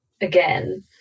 again